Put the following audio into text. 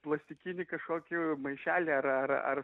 plastikinį kažkokį maišelį ar ar ar